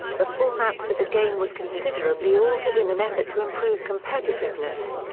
the format for the game was considerably altered in an effort to improve competitiveness.